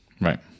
Right